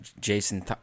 Jason